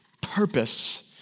purpose